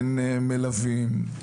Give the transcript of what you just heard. אין מלווים,